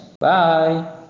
Bye